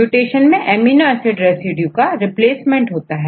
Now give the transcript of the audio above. mutation में amino acid residue का replacement होता है